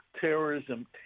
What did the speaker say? Terrorism